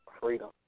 freedom